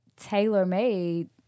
tailor-made